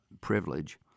privilege